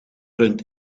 rund